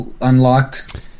unlocked